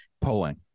Polling